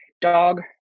dog